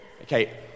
Okay